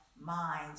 mind